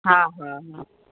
हा हा हा